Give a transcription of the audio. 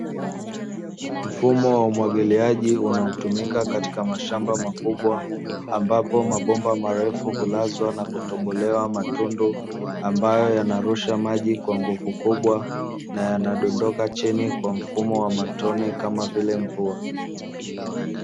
Mfumo wa umwagiliaji unaotumika katika mashamba makubwa, ambapo mabomba marefu hulazwa na kutobolewa matundu, ambayo yanarusha maji kwa nguvu kubwa na yanadondoka chini kwa mfumo wa matone kama vile mvua.